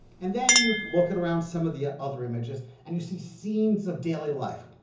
and then you look around some of the ah other images, and you see scenes of daily life.